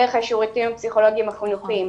דרך השירותים הפסיכולוגיים החינוכיים.